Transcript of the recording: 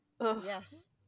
Yes